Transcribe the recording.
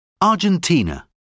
Argentina